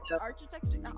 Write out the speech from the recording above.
architecture